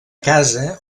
casa